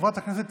חברת הכנסת